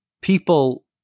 people